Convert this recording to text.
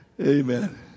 Amen